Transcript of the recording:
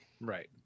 Right